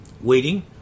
Waiting